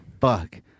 Fuck